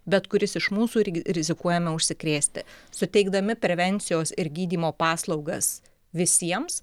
bet kuris iš mūsų irgi rizikuojame užsikrėsti suteikdami prevencijos ir gydymo paslaugas visiems